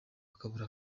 bakabura